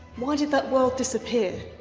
why did that world disappear?